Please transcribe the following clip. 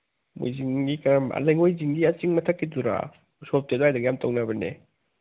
ꯃꯣꯏꯖꯤꯡꯒꯤ ꯀꯔꯝꯕ ꯂꯩꯉꯣꯏꯖꯤꯡꯒꯤ ꯆꯤꯡ ꯃꯊꯛꯀꯤꯗꯨꯔꯣ ꯎꯁꯣꯞꯇꯤ ꯑꯗꯥꯏꯗꯒ ꯌꯥꯝ ꯇꯧꯅꯕꯅꯦ